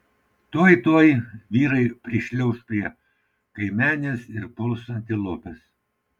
tuoj tuoj vyrai prišliauš prie kaimenės ir puls antilopes